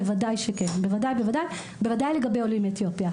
בוודאי שכן, בוודאי לגבי עולים מאתיופיה.